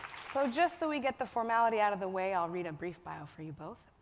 so just so we get the formality out of the way, i'll read a brief bio for you both.